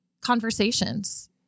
conversations